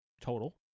total